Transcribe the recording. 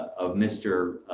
of mr